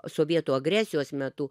sovietų agresijos metu